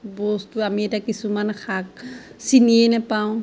বস্তু আমি এতিয়া কিছুমান শাক চিনিয়ে নাপাওঁ